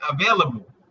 available